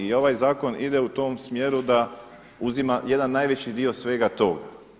I ovaj zakon ide u tom smjeru da uzima jedan najveći dio svega toga.